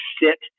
sit